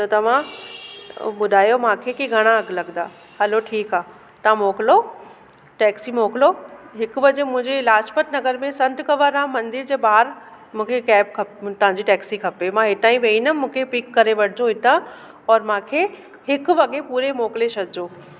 त तव्हां ॿुधायो मूंखे की घणा अघु लॻंदा हलो ठीकु आहे तव्हां मोकिलो टैक्सी मोकिलो हिकु वजे मुंहिंजे लाजपत नगर में संत कंवरराम मंदर जे ॿाहिरि मूंखे कैब खप तव्हांजी टैक्सी खपे मां हितां ई वेहींदमि मूंखे पिक करे वठिजो हितां और मूंखे हिकु वॻे पूरे मोकिले छॾिजो